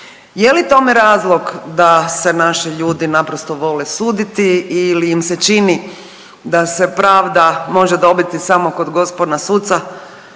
Je li tome razlog da se naši ljudi naprosto vole suditi ili im se čini da se pravda može dobiti kod gospona suca